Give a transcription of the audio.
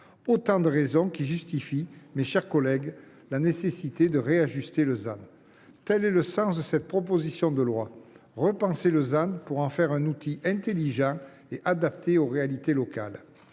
Autant de raisons qui justifient, mes chers collègues, de réajuster le ZAN. Tel est le sens de cette proposition de loi : repenser le ZAN pour en faire un outil intelligent et adapté aux réalités locales.